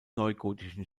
neugotischen